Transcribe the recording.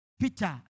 Peter